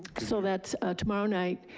so that's tomorrow night,